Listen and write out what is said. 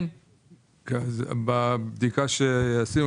בבדיקה שעשינו,